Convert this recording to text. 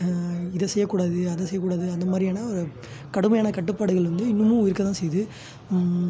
இதை செய்யக்கூடாது அதை செய்யக்கூடாது அந்த மாதிரியான ஒரு கடுமையான கட்டுப்பாடுகள் வந்து இன்னுமும் இருக்க தான் செய்து